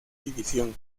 división